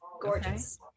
gorgeous